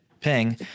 Ping